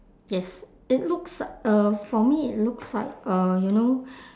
yes it looks uh for me it looks like uh you know